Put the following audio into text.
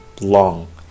long